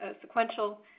sequential